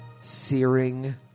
Searing